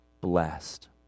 blessed